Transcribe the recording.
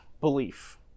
belief